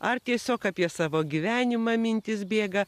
ar tiesiog apie savo gyvenimą mintis bėga